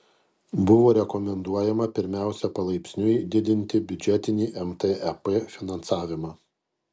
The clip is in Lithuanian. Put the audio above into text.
buvo rekomenduojama pirmiausia palaipsniui didinti biudžetinį mtep finansavimą